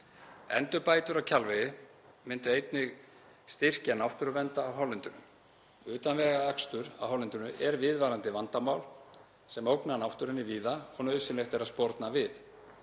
Endurbætur á Kjalvegi myndu einnig styrkja náttúruvernd á hálendinu. Utanvegaakstur á hálendinu er viðvarandi vandamál sem ógnar náttúrunni víða og nauðsynlegt er að sporna við.